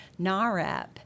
NAREP